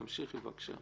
תמשיכי, בבקשה.